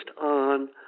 on